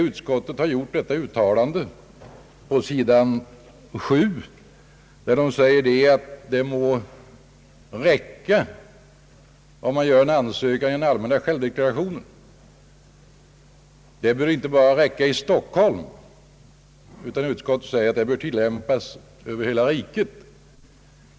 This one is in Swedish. Utskottet har gjort ett uttalande på s. 7, att det må räcka om man gör en ansökan i den allmänna självdeklarationen. Det bör räcka inte bara i Stockholm. Utskottet säger att detta bör tilllämpas över hela riket.